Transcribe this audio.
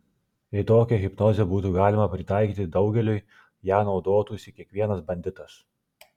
jei tokią hipnozę būtų galima pritaikyti daugeliui ja naudotųsi kiekvienas banditas